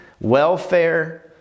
welfare